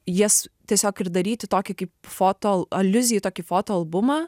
jas tiesiog ir daryti tokį kaip foto aliuzija į tokį fotoalbumą